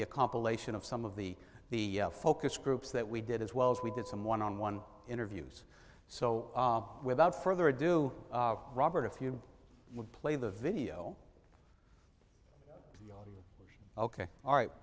be a compilation of some of the the focus groups that we did as well as we did some one on one interviews so without further ado robert if you would play the video ok all right